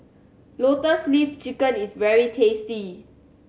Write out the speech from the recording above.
Lotus Leaf Chicken is very tasty